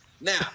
Now